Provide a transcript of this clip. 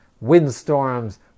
windstorms